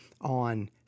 on